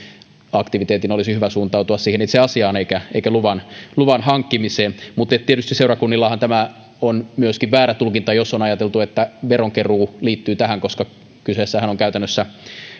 aktiviteetin olisi hyvä mieluummin suuntautua siihen itse asiaan eikä luvan luvan hankkimiseen mutta tietysti seurakunnillahan tämä on myöskin väärä tulkinta jos on ajateltu että veronkeruu liittyy tähän koska kyseessähän on on käytännössä